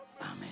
Amen